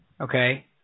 Okay